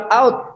out